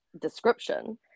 description